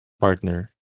partner